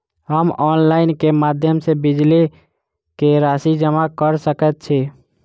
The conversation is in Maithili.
हम ऑनलाइन केँ माध्यम सँ बिजली कऽ राशि जमा कऽ सकैत छी?